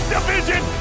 Division